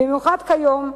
במיוחד היום,